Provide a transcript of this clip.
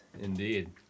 indeed